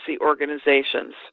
organizations